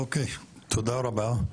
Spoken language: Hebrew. אוקיי, תודה רבה.